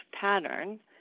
pattern